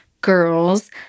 Girls